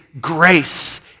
grace